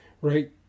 right